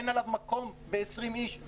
אין עליו מקום ב-20 איש,